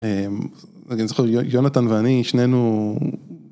אמ.. אני זוכר, יו... יונתן ואני, שנינו...